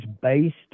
based